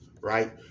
right